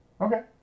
Okay